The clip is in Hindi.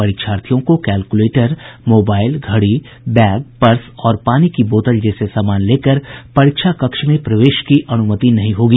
परीक्षार्थियों को कैलकुलेटर मोबाईल घड़ी बैग पर्स और पानी की बोतल जैसे सामान लेकर परीक्षा कक्ष में प्रवेश की अनुमति नहीं होगी